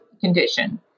condition